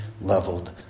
leveled